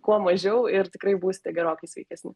kuo mažiau ir tikrai būsite gerokai sveikesni